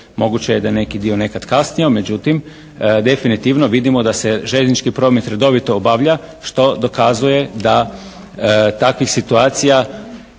Moguće je da je neki dio nekad kasnio, međutim definitivno vidimo da se željeznički promet redovito obavlja što dokazuje da takvih situacija,